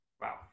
Wow